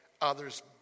others